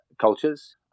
cultures